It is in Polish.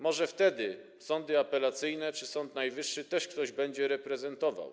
Może wtedy sądy apelacyjne czy Sąd Najwyższy też ktoś będzie reprezentował.